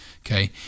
Okay